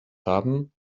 haben